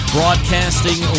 Broadcasting